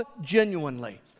genuinely